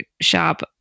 shop